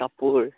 কাপোৰ